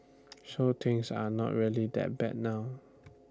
so things are not really that bad now